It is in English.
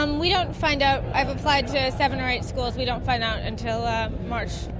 um we don't find out. i've applied to seven or eight schools, we don't find out until march.